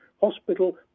Hospital